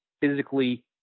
physically